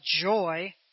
joy